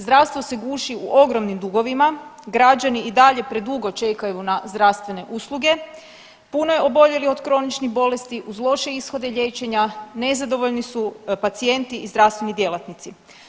Zdravstvo se guši u ogromnim dugovima, građani i dalje predugo čekaju na zdravstvene usluge, puno je oboljelih od kroničnih bolesti uz loše ishode liječenja, nezadovoljni su pacijenti i zdravstveni djelatnici.